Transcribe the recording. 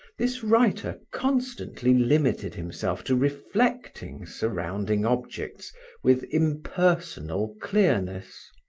this writer constantly limited himself to reflecting surrounding objects with impersonal clearness.